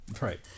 right